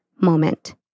moment